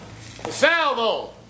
Salvo